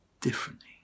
differently